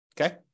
Okay